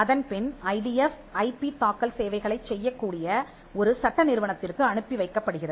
அதன்பின் I T F I P தாக்கல் சேவைகளைச் செய்யக்கூடிய ஒரு சட்ட நிறுவனத்திற்கு அனுப்பி வைக்கப்படுகிறது